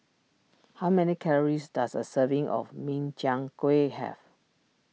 how many calories does a serving of Min Chiang Kueh have